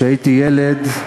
כשהייתי ילד,